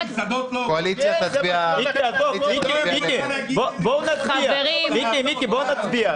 שנות את הצו כי לא היה מצב כזה